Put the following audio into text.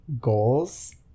goals